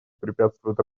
препятствует